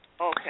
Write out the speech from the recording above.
Okay